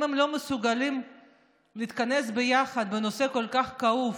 אם הם לא מסוגלים להתכנס ביחד בנושא כל כך כאוב